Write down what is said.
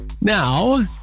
Now